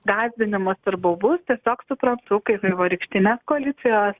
gąsdinimus ir baubus tiesiog suprantu kaip vaivorykštinės koalicijos